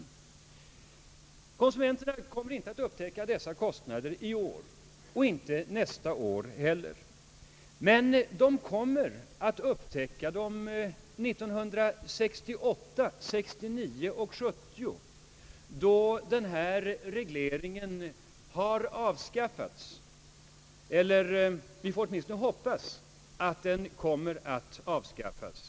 De kommer kanske inte att upptäcka dessa kostnader i år och inte nästa år heller. Men de kommer att få betala dem i slutet av år 1968, år 1969 och 1970, då denna reglering har avskaffats — vi får åtminstone hoppas att den kommer att avskaffas.